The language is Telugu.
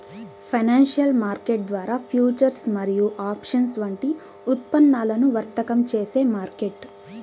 ఫైనాన్షియల్ మార్కెట్ ద్వారా ఫ్యూచర్స్ మరియు ఆప్షన్స్ వంటి ఉత్పన్నాలను వర్తకం చేసే మార్కెట్